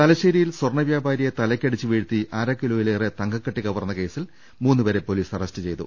തലശ്ശേരിയിൽ സ്വർണ്ണ വ്യാപാരിയെ തലക്കടിച്ച് വീഴ്ത്തി അരക്കിലോയിലേറെ തങ്കക്കട്ടി കവർന്ന കേസിൽ മൂന്നു പേരെ പൊലീസ് അറസ്റ്റ് ചെയ്തു